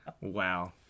Wow